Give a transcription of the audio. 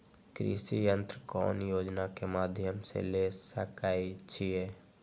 कृषि यंत्र कौन योजना के माध्यम से ले सकैछिए?